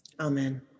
amen